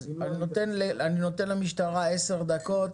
אני נותן למשטרה עשר דקות.